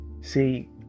See